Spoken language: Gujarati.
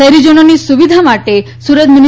શહેરીજનોની સુવિધા માટે સુરત મ્યુ